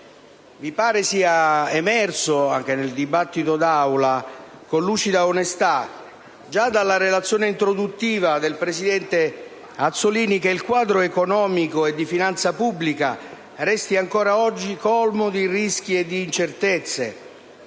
Mi pare sia emerso anche nella discussione in Aula, con lucida onestà, già dalla relazione introduttiva del presidente Azzollini, che il quadro economico e di finanza pubblica resta ancora oggi colmo di rischi e di incertezze.